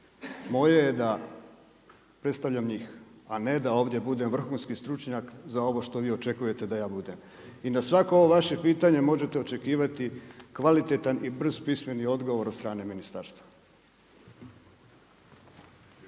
Moje je da predstavljam njih, a ne da ovdje budem vrhunski stručnjak, za ovo što vi očekujete da ja budem. I na svako ovo vaše pitanje, možete očekivati kvalitetan i brz pismeni odgovor od strane ministarstva.